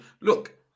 Look